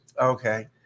Okay